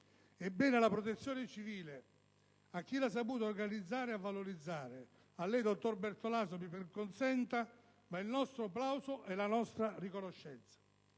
Ebbene, alla Protezione civile, a chi l'ha saputa organizzare e valorizzare, a lei dottor Bertolaso - ce lo consenta - va il nostro plauso e la nostra riconoscenza;